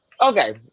Okay